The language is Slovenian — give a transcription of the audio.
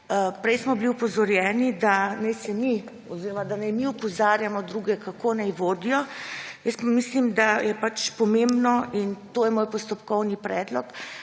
Prej smo bili opozorjeni, da naj mi opozarjamo druge, kako naj vodijo. Jaz pa mislim, da je pomembno – in to je moj postopkovni predlog